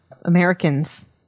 Americans